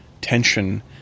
tension